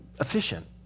efficient